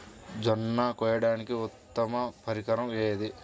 జొన్న కోయడానికి ఉత్తమ పరికరం ఏది?